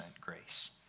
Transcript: grace